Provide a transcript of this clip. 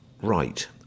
Right